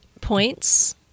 points